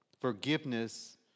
Forgiveness